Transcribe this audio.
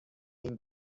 این